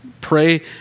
pray